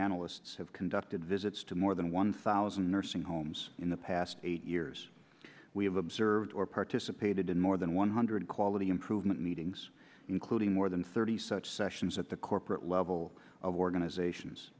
analysts have conducted visits to more than one thousand nurses in homes in the past eight years we have observed or participated in more than one hundred quality improvement meetings including more than thirty such sessions at the corporate level of organizations